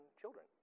children